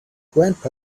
grandpa